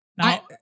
Now